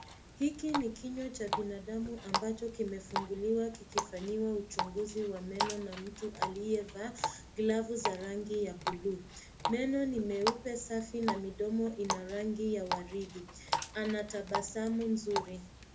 Hiki ni kichwa cha binadamu ambacho kimefunguliwa kikifanyiwa uchunguzi wa meno na mtu aliyevaa glavu za rangi ya blue . Meno ni meupe safi na midomo ina rangi ya waridi. Ana tabasamu nzuri.